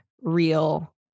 real